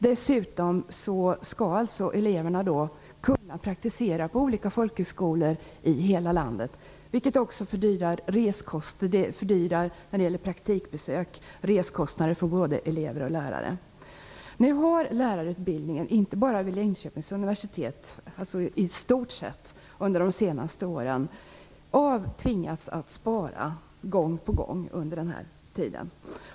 Dessutom skall eleverna kunna praktisera på olika folkhögskolor över hela landet, vilket också fördyrar praktikbesöken när det gäller resekostnader för både elever och lärare. Lärarutbildningen har i stort sett, inte bara vid Linköpings universitet, gång på gång tvingats spara under den här tiden.